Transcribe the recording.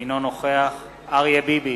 אינו נוכח אריה ביבי,